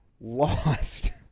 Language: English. lost